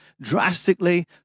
drastically